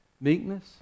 meekness